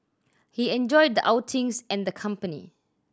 he enjoyed the outings and the company